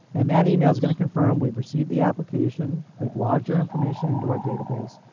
and that email is going to confirm we've received the application, we've logged your information into our database.